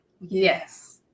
yes